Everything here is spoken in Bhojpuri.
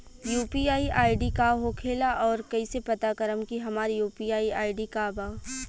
यू.पी.आई आई.डी का होखेला और कईसे पता करम की हमार यू.पी.आई आई.डी का बा?